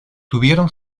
tuvieron